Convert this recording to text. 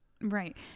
right